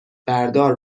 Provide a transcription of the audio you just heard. بردار